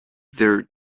their